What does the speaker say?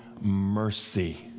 mercy